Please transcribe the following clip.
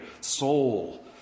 soul